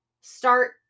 start